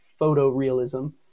photorealism